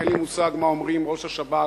אין לי מושג מה אומרים ראש השב"כ,